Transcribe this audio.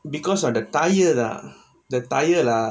because of the tyre lah the tyre lah